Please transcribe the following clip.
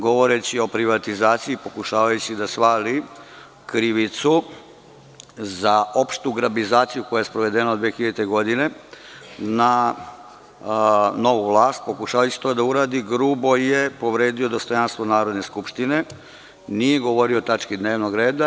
Govoreći o privatizaciji i pokušavajući da svali krivicu za opštu grabizaciju koja je sprovedena od 2000. godine na novu vlast, pokušavajući to da uradi grubo je povredio dostojanstvo Narodne skupštine i nije govorio o tački dnevnog reda.